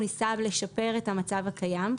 הוא ניסה לשפר את המצב הקיים.